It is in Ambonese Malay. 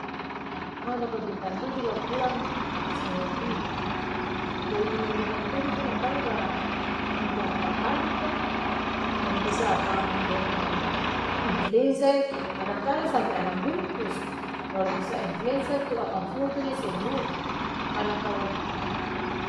Aa dapa bintang tuju baru pulang la kas minom dia, jadi minom bintan tuju tu mangkali barang, tiga ampa kali kaa? Baru bisa akang dia pung in'flensa itu kadang kala sampe anam bungkus! Baru bisa in'flensa tu akang flu tu dia sembuh, karna kalo.